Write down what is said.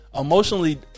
emotionally